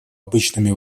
обычными